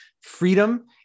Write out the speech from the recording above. freedom